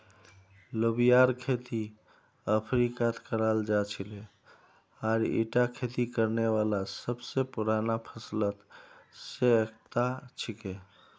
लोबियार खेती अफ्रीकात कराल जा छिले आर ईटा खेती करने वाला सब स पुराना फसलत स एकता छिके